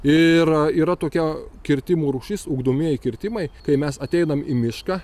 ir yra tokia kirtimų rūšis ugdomieji kirtimai kai mes ateinam į mišką